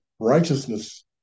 righteousness